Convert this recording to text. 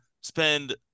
spend –